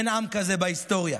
אין עם כזה בהיסטוריה.